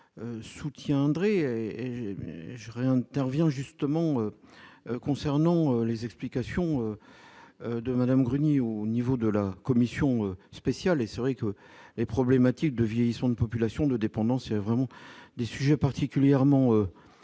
soutiendrai je reviens intervient justement concernant les explications de Madame Bruni au niveau de la Commission spéciale et c'est vrai que les problématiques de vieillissement de population de dépendance, c'est vraiment du sujet particulièrement